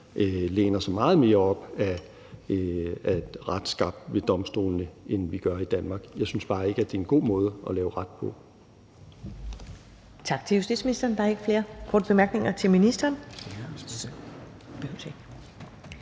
læner sig meget mere op ad ret skabt ved domstolene, end vi gør i Danmark. Jeg synes bare ikke, at det er en god måde at lave ret på.